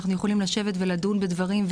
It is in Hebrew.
אנחנו יכולים לשבת ולדון בדברים.